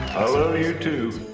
i love you too.